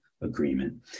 agreement